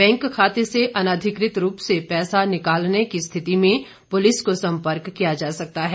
bank खाते से अनाधिकृत रूप से पैसा निकलने की रिथति में पुलिस को सम्पर्क किया जा सकता है